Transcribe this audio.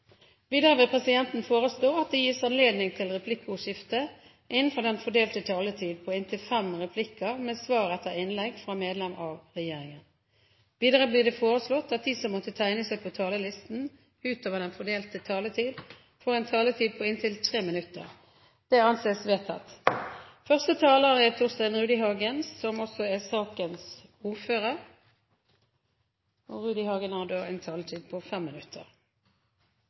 Videre vil presidenten foreslå at det gis anledning til replikkordskifte på inntil fem replikker med svar etter innlegg fra medlem av regjeringen innenfor den fordelte taletid. Videre blir det foreslått at de som måtte tegne seg på talerlisten utover den fordelte taletid, får en taletid på inntil 3 minutter. – Det anses vedtatt. Stortinget skal nå behandle et forslag fra partiet Venstres to representanter fra Oslo og Akershus om varig vern av Nordland VI, Nordland VII og Troms II. Personlig hadde